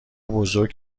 بزرگ